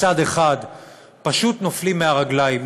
מצד אחד פשוט נופלים מהרגליים,